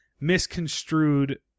misconstrued